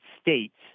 States